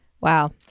Wow